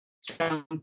strong